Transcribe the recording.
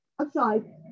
outside